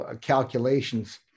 calculations